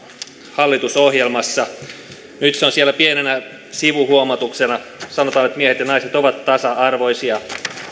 hallitusohjelmassa nyt se on siellä pienenä sivuhuomautuksena sanotaan että miehet ja naiset ovat tasa arvoisia